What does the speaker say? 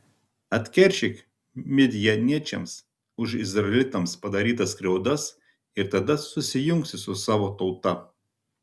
atkeršyk midjaniečiams už izraelitams padarytas skriaudas ir tada susijungsi su savo tauta